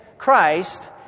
Christ